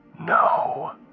No